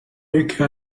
mike